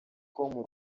com